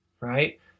Right